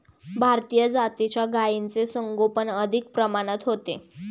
भारतीय जातीच्या गायींचे संगोपन अधिक प्रमाणात होते